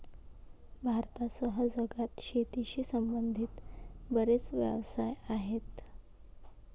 भारतासह जगात शेतीशी संबंधित बरेच व्यवसाय आहेत